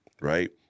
right